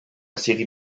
série